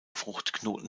fruchtknoten